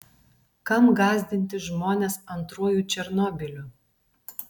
kam gąsdinti žmones antruoju černobyliu